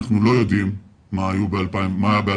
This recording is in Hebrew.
אנחנו לא יודעים מה היה ב-2019.